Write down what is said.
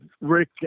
Rick